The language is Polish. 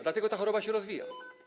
Dlatego ta choroba się rozwija.